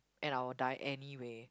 and I will die anyway